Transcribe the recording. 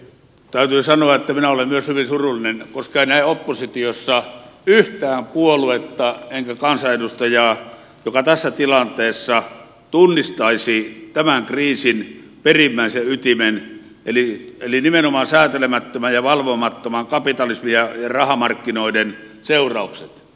täytyy sanoa että minä olen myös hyvin surullinen koska en näe oppositiossa yhtään puoluetta enkä kansanedustajaa joka tässä tilanteessa tunnistaisi tämän kriisin perimmäisen ytimen eli nimenomaan säätelemättömän ja valvomattoman kapitalismin ja rahamarkkinoiden seuraukset